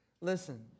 Listen